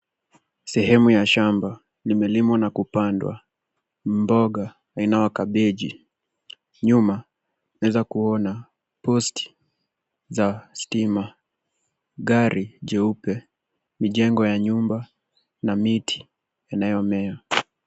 Sehemu ya shamba limelimwa na kupandwa mboga aina wa cabbage nyuma naweza kuona post za stima, gari jeupe, mijengo ya nyumba na miti inayomea.